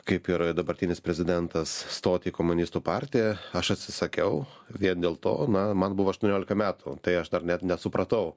kaip ir dabartinis prezidentas stot į komunistų partiją aš atsisakiau vien dėl to na man buvo aštuoniolika metų tai aš dar net nesupratau